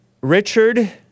Richard